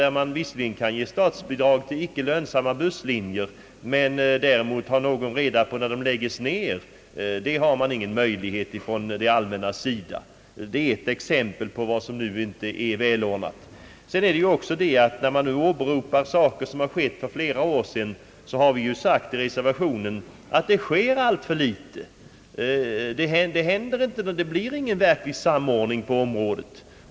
Man kan visserligen ge statsbidrag till icke lönsamma busslinjer, men däremot har det allmänna ingen möjlighet att ta reda på när linjerna läggs ner. Detta är ett exempel på vad som nu inte är välordnat. När man åberopar saker som hänt för flera år sedan, har vi i reservationen sagt att det sker alltför litet. Det blir ingen verklig samordning på området.